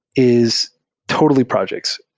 is totally projects.